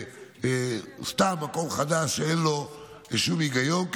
ולא סתם במקום חדש שאין לו שום היגיון,